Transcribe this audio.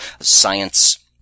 science